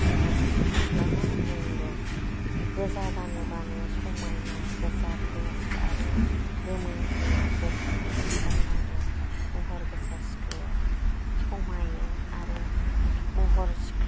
महर गोसा सिख्लाखौ बुंदों गोजा गानोब्लानो समायनाय गोजा ड्रेस आरो गोमो ड्रेस गोथां ड्रेस गानब्लानो महर गोसा सिख्लाया समायो आरो महर